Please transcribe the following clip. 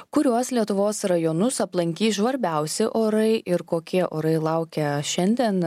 kuriuos lietuvos rajonus aplankys žvarbiausi orai ir kokie orai laukia šiandien